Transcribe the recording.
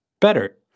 better